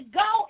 go